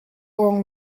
awng